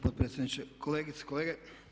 potpredsjedniče, kolegice i kolege.